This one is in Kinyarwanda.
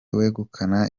wegukana